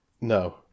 No